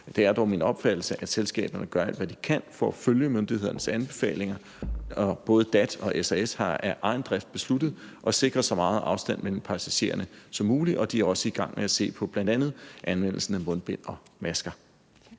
det er dog min opfattelse, at selskaberne gør alt, hvad de kan, for at følge myndighedernes anbefalinger, og både DAT og SAS har af egen drift besluttet at sikre så meget afstand mellem passagererne som muligt, og de er også i gang med at se på bl.a. anvendelsen af mundbind og masker.